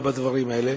בדברים האלה.